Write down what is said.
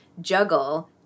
juggle